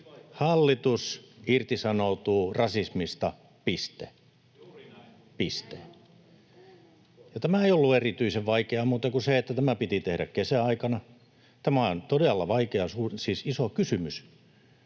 — Päivi Räsänen: Näin on!] Ja tämä ei ollut erityisen vaikeaa muuten kuin siksi, että tämä piti tehdä kesän aikana. Tämä on todella vaikea, iso kysymys.